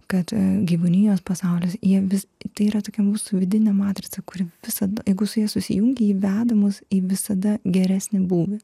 kad gyvūnijos pasaulis jie vis tai yra tokia mūsų vidinė matrica kuri visada jeigu su ja susijungi ji veda mus į visada geresnį būvį